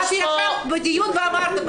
את ישבת בדיון ואמרת,